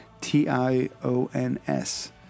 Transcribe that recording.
T-I-O-N-S